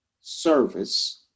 service